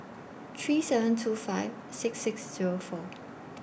three seven two five six six Zero four